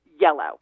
yellow